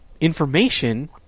information